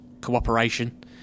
cooperation